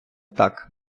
так